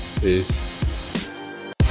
Peace